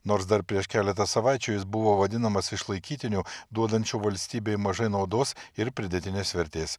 nors dar prieš keletą savaičių jis buvo vadinamas išlaikytiniu duodančiu valstybei mažai naudos ir pridėtinės vertės